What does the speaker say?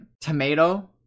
Tomato